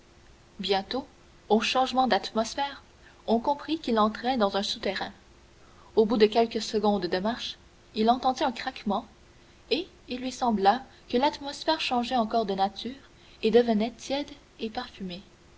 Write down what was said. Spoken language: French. bientôt au changement d'atmosphère il comprit qu'il entrait dans un souterrain au bout de quelques secondes de marche il entendit un craquement et il lui sembla que l'atmosphère changeait encore de nature et devenait tiède et parfumée